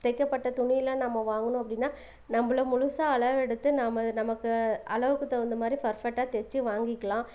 தைக்கப்பட்ட துணியெலாம் நம்ம வாங்கணும் அப்படின்னா நம்மள முழுசாக அளவெடுத்து நாம் நமக்கு அளவுக்கு தகுந்தமாதிரி பர்ஃபெக்டாக தைச்சு வாங்கிக்கலாம்